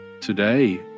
today